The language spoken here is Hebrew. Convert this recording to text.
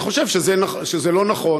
אני חושב שזה לא נכון.